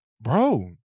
bro